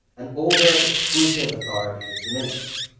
an older exclusive authority is diminished.